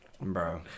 Bro